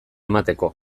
emateko